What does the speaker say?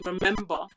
remember